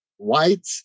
white